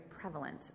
prevalent